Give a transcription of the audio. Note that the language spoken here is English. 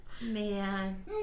Man